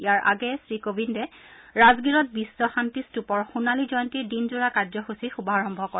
ইয়াৰ আগেয়ে শ্ৰীকোবিন্দে ৰাজগিৰত বিশ্ব শান্তি স্তুপৰ সোণালী জয়ন্তীৰ দিনজোৰা কাৰ্যসূচীৰ শুভাৰন্ত কৰে